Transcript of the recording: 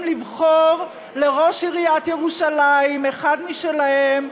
לבחור לראש עיריית ירושלים אחד משלהם,